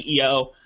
CEO